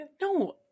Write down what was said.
No